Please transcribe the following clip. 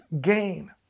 gain